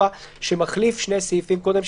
שמחליף שני סעיפים קודם,